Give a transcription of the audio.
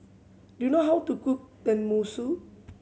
do you know how to cook Tenmusu